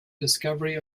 discovery